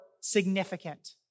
significant